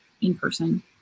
in-person